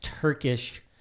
turkish